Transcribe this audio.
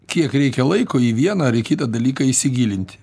kiek reikia laiko į vieną ar kitą dalyką įsigilinti